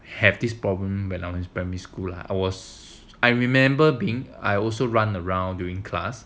have this problem when I was primary school lah I was I remember being I also run around during class